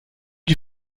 die